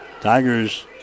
Tigers